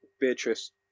Beatrice